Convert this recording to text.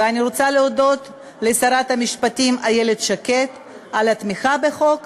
ואני רוצה להודות לשרת המשפטים איילת שקד על התמיכה בחוק.